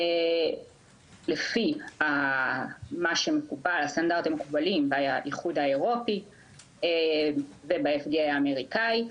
לפי הסטנדרטים המקובלים באיחוד האירופי וב-FDA האמריקאי,